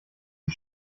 die